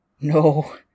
No